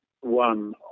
one